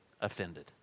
offended